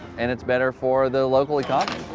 and it's better for the local like um